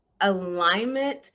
alignment